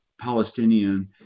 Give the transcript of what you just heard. Palestinian